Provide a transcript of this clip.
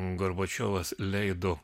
gorbačiovas leido